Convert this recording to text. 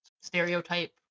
stereotype